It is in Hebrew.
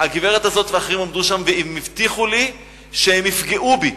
הגברת הזאת ואחרים עמדו שם והם הבטיחו לי שהם יפגעו בי.